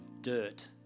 dirt